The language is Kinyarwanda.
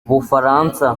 bufaransa